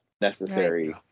necessary